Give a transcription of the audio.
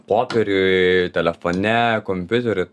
popieriuj telefone kompiutery